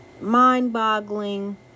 mind-boggling